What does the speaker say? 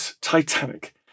Titanic